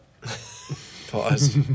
pause